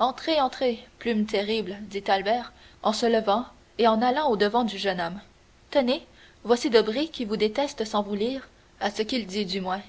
entrez entrez plume terrible dit albert en se levant et en allant au-devant du jeune homme tenez voici debray qui vous déteste sans vous lire à ce qu'il dit du moins